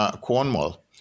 Cornwall